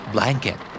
Blanket